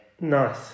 Nice